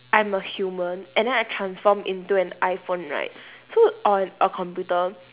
I'm a human and then I transform into an iphone right so or an a computer